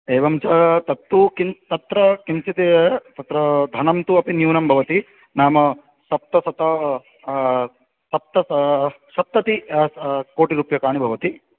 एवं च तत्तु किं तत्र किञ्चिदे तत्र धनं तु अपि न्यूनं भवति नाम सप्तसत सप्त सप्तति कोटिरूप्यकाणि भावति